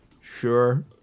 sure